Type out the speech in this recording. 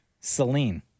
Celine